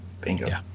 bingo